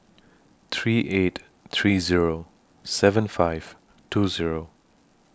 three eight three Zero seven five two Zero